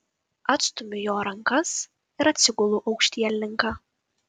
atstumiu jo rankas ir atsigulu aukštielninka